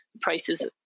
prices